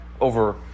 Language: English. over